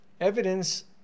Evidence